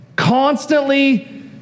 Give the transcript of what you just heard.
constantly